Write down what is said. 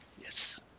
Yes